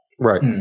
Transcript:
Right